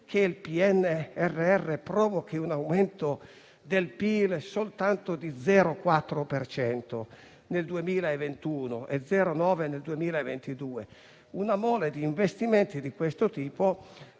che il PNRR provochi un aumento del PIL soltanto dello 0,4 per cento nel 2021 e dello 0,9 nel 2022. Una mole di investimenti di questo tipo